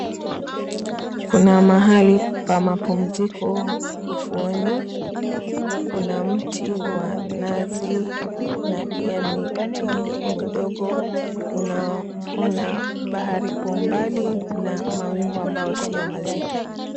Kuna mahali pa mapumziko ufuoni, kuna mti wa nazi na pia miti midogo midogo, unaona bahari kwa mbali na mawingu ambayo si mazito.